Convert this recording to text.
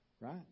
Right